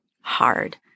hard